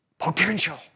Potential